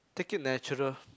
take it natural